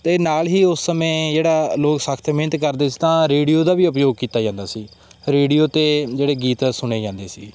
ਅਤੇ ਨਾਲ ਹੀ ਉਸ ਸਮੇਂ ਜਿਹੜਾ ਲੋਕ ਸਖਤ ਮਿਹਨਤ ਕਰਦੇ ਸੀ ਤਾਂ ਰੇਡੀਓ ਦਾ ਵੀ ਉਪਯੋਗ ਕੀਤਾ ਜਾਂਦਾ ਸੀ ਰੇਡੀਓ 'ਤੇ ਜਿਹੜੇ ਗੀਤ ਸੁਣੇ ਜਾਂਦੇ ਸੀ